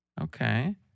Okay